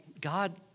God